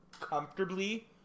comfortably